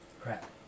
crap